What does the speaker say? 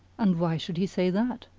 and why should he say that?